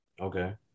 okay